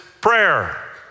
prayer